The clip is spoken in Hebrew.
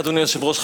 אדוני היושב-ראש,